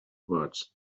words